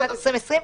שנת 2020,